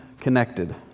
connected